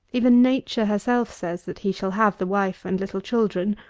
even nature herself says, that he shall have the wife and little children,